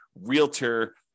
realtor